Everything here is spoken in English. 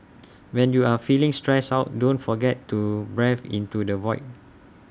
when you are feeling stressed out don't forget to breathe into the void